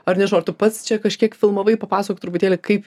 ar nežinau ar tu pats čia kažkiek filmavai papasakok truputėlį kaip